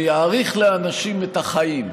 שיאריך לאנשים את החיים,